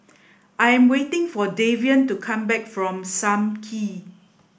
I am waiting for Davion to come back from Sam Kee